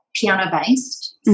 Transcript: piano-based